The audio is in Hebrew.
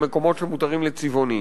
למקומות שמותרים לצבעוניים.